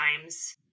times